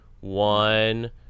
one